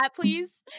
please